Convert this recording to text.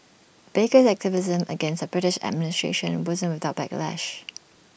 baker's activism against the British administration wasn't without backlash